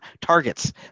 targets